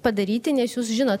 padaryti nes jūs žinot